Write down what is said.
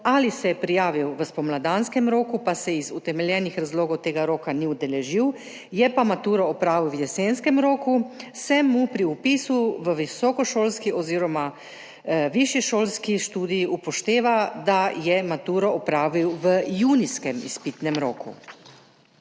ali se je prijavil v spomladanskem roku, pa se iz utemeljenih razlogov tega roka ni udeležil, je pa maturo opravil v jesenskem roku, se pri vpisu v visokošolski oziroma višješolski študij upošteva, da je maturo opravil v junijskem izpitnem roku.